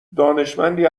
دانشمندی